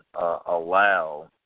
allow